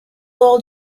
all